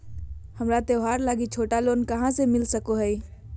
हमरा त्योहार लागि छोटा लोन कहाँ से मिल सको हइ?